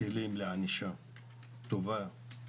כלים לענישה טובה,